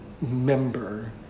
member